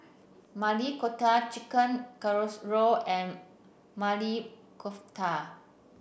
Maili Kofta Chicken Casserole and Maili Kofta